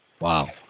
Wow